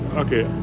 okay